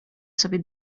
sobie